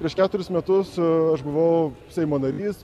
prieš keturis metus su aš buvau seimo narys